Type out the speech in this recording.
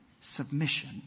submission